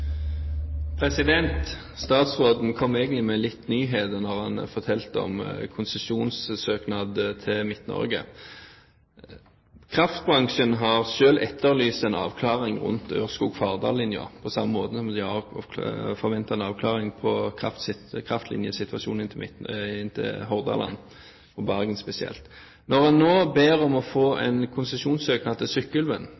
replikkordskifte. Statsråden kom egentlig med nyheter da han fortalte om konsesjonssøknad til Midt-Norge. Kraftbransjen har selv etterlyst en avklaring rundt Ørskog–Fardal-linja, på samme måten som den har forventet en avklaring på kraftlinjesituasjonen inn til Hordaland og Bergen spesielt. Når en nå ber om å få